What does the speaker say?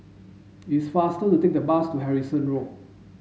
it's faster to take a bus to Harrison Road